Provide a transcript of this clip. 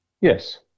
yes